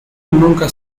nunca